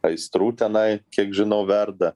aistrų tenai kiek žinau verda